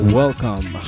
welcome